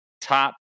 top